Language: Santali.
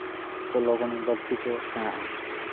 ᱠᱚ ᱞᱚᱜᱚᱱ ᱵᱟᱹᱲᱛᱤ ᱠᱚ ᱥᱮᱬᱟᱜᱼᱟ